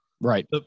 Right